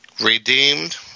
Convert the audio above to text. redeemed